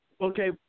Okay